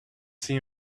see